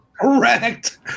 Correct